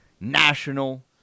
national